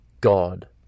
God